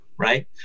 right